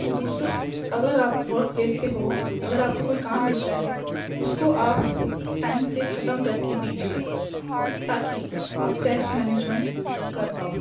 دوسرو اگر آپ work place پہ ہو اگر آپ کا کوئی کام ملتا ہے اس کو آپ ٹائم سے ختم کر کے دیجیے تاکہ آپ سیلف منیجمنٹ کر پاؤ